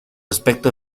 aspecto